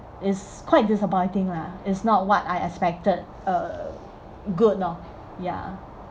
it's quite disappointing lah it's not what I expected uh good lor ya